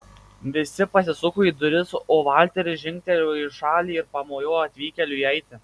visi pasisuko į duris o valteris žingtelėjo į šalį ir pamojo atvykėliui įeiti